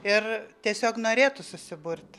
ir tiesiog norėtų susiburti